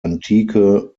antike